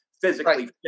physically